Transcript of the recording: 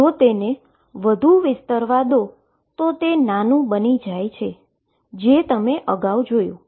જો તેને વધુ વિસ્તરવા દો તો તે નાનું બની જાય છે જે તમે અગાઉ જોયું છે